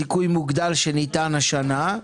זיכוי מוגדל שניתן השנה.